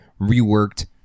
reworked